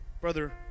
Brother